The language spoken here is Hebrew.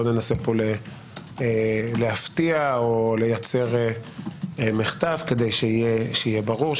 לא ננסה פה להפתיע או לייצר מחטף כדי שיהיה ברור,